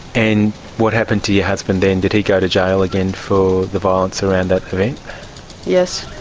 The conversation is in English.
and what happened to your husband then? did he go to jail again for the violence around that yes.